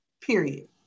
period